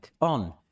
on